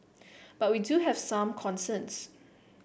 but we do have some concerns